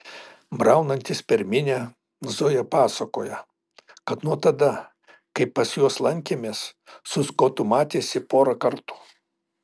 braunantis per minią zoja pasakoja kad nuo tada kai pas juos lankėmės su skotu matėsi porą kartų